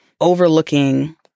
overlooking